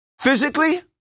physically